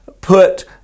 put